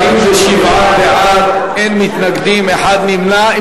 47 בעד, אין מתנגדים, נמנע אחד.